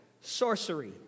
sorcery